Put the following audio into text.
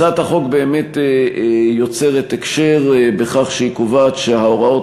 הצעת החוק באמת יוצרת הקשר בכך שהיא קובעת שההוראות